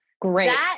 great